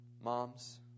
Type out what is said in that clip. Moms